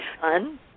fun